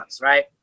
right